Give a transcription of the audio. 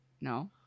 No